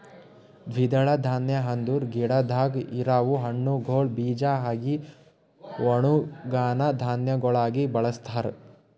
ದ್ವಿದಳ ಧಾನ್ಯ ಅಂದುರ್ ಗಿಡದಾಗ್ ಇರವು ಹಣ್ಣುಗೊಳ್ ಬೀಜ ಆಗಿ ಒಣುಗನಾ ಧಾನ್ಯಗೊಳಾಗಿ ಬಳಸ್ತಾರ್